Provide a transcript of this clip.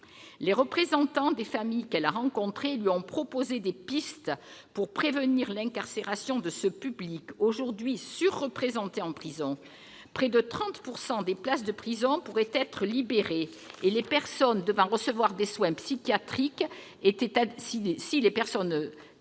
Les représentants des familles qu'elle a rencontrés lui ont soumis des pistes pour prévenir l'incarcération de ce public aujourd'hui surreprésenté en prison. Près de 30 % des places de prison pourraient être libérées si les personnes nécessitant des soins psychiatriques étaient admises